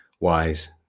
wise